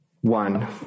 one